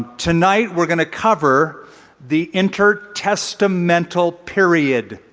tonight, we're going to cover the intertestamental period.